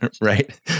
right